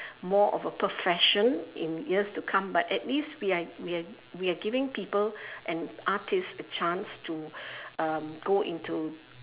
more of a profession in years to come but at least we are we are we are giving people and artist a chance to um go into